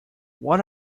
what